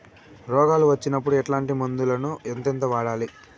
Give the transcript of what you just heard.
రోగాలు వచ్చినప్పుడు ఎట్లాంటి మందులను ఎంతెంత వాడాలి?